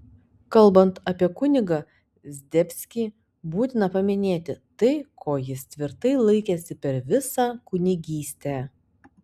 kalbant apie kunigą zdebskį būtina paminėti tai ko jis tvirtai laikėsi per visą kunigystę